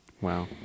Wow